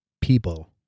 people